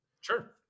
sure